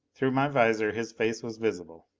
through my visor his face was visible.